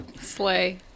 Slay